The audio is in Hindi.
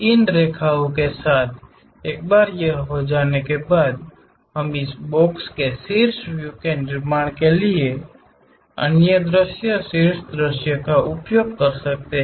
इन रेखाओ के साथ एक बार यह हो जाने के बाद हम इस बॉक्स के शीर्ष व्यू के निर्माण के लिए अन्य दृश्य शीर्ष दृश्य का उपयोग कर सकते हैं